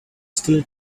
still